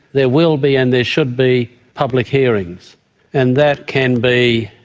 there will be and there should be public hearings and that can be,